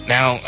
Now